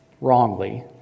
wrongly